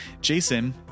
jason